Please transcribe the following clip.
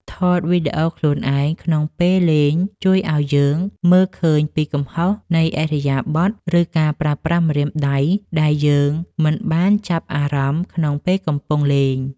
ថតវីដេអូខ្លួនឯងក្នុងពេលលេងជួយឱ្យយើងមើលឃើញពីកំហុសនៃឥរិយាបថ ឬការប្រើប្រាស់ម្រាមដៃដែលយើងមិនបានចាប់អារម្មណ៍ក្នុងពេលកំពុងលេង។